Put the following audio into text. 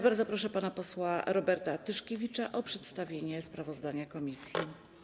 Bardzo proszę pana posła Roberta Tyszkiewicza o przedstawienie sprawozdania komisji.